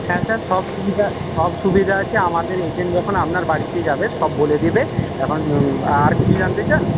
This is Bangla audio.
হ্যাঁ স্যার সব সুবিধা সব সুবিধা আছে আমাদের এজেন্ট যখন আপনার বাড়িতে যাবে সব বলে দেবে এখন আর কিছু জানতে চান